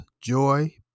joy